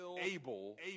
able